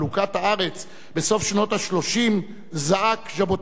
לחלוקת הארץ בסוף שנות ה-30, זעק ז'בוטינסקי: